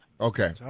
Okay